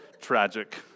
tragic